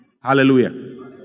Hallelujah